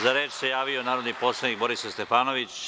Za reč se javio narodni poslanik Borislav Stefanović.